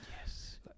yes